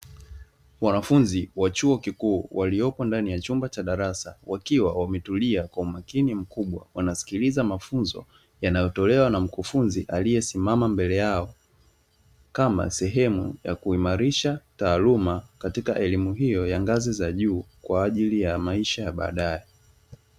Wanafunzi wa chuo kikuu waliopo ndani ya chumba cha darasa, wakiwa wametulia kwa umakini mkubwa; wanasikiliza mafunzo yanayotolewa na mkufunzi aliyesimama mbele yao, kama sehemu ya kuimarisha taaluma katika elimu hiyo ya ngazi za juu kwa ajili ya maisha ya baadaye.